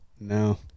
no